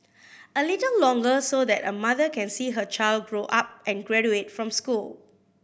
a little longer so that a mother can see her child grow up and graduate from school